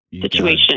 situation